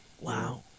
wow